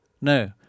No